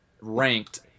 ranked